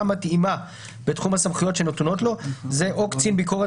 מתאימה בתחום הסמכויות שיהיו נתונות לו לפי סימן זה: (1) קצין ביקורת